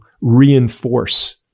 reinforce